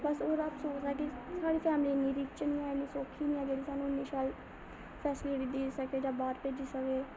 बस ओह्दा अफसोस ऐ कि साढ़ी फैमली इ'न्नी रिच निं ऐ सौखी निं ऐ जेह्ड़ी सानूं इ'न्नी शैल फैसिलिटी देई सकै बाहर भेजी सकै